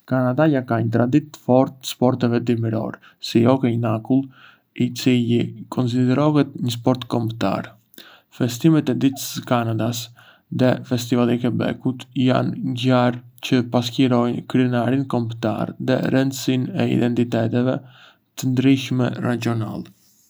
Kanadaja ka një traditë të fortë të sporteve dimërore, si hokeji në akull, i cili konsiderohet një sport kombëtar. Festimet e Ditës së Kanadasë dhe festivali i Quebec-ut janë ngjarje çë pasqyrojnë krenarinë kombëtare dhe rëndësinë e identiteteve të ndryshme rajonale.